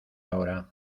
ahora